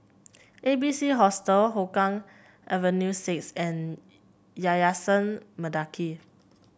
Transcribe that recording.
A B C Hostel Hougang Avenue six and Yayasan Mendaki